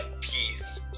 peace